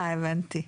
אה הבנתי.